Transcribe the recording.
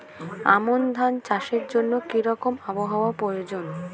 আমন ধান চাষের জন্য কি রকম আবহাওয়া প্রয়োজন?